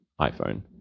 iPhone